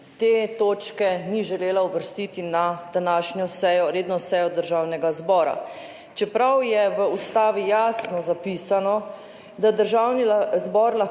te točke ni želela uvrstiti na današnjo sejo, redno sejo Državnega zbora, čeprav je v ustavi jasno zapisano, da Državni zbor lahko